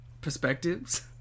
perspectives